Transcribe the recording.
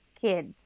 kids